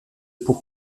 pau